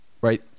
Right